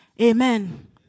Amen